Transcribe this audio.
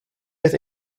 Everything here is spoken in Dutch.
werd